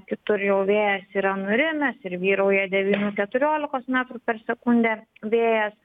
kitur jau vėjas yra nurimęs ir vyrauja devynių keturiolikos metrų per sekundę vėjas